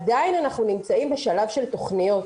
עדיין אנחנו נמצאים בשלב של תוכניות.